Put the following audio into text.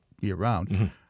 year-round